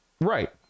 Right